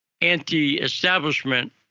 anti-establishment